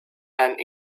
and